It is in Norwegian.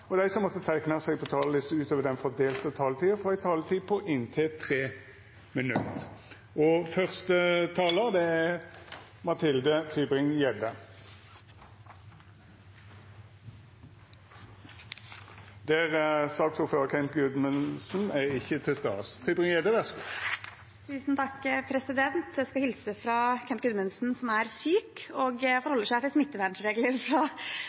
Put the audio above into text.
og dei som måtte teikna seg på talarlista utover den fordelte taletida, får ei taletid på inntil 3 minutt. Første talar er Mathilde Tybring-Gjedde, sidan saksordføraren Kent Gudmundsen ikkje er til stades. Jeg skal hilse fra Kent Gudmundsen, som er syk og forholder seg til